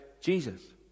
Jesus